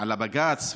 על הבג"ץ,